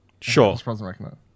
sure